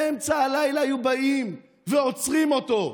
באמצע הלילה היו באים ועוצרים אותו,